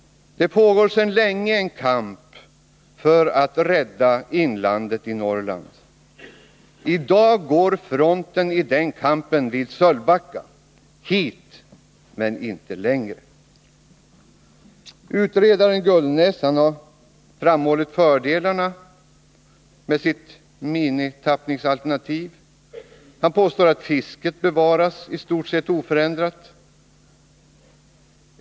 Det pågår sedan länge en kamp för att rädda inlandet i Norrland. I dag går fronten i den kampen vid Sölvbacka — hit men inte längre. Utredaren Gullnäs har framhållit fördelarna med sitt minimitappningsalternativ. Han påstår att fisket bevaras i stort sett oförändrat.